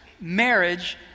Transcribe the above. marriage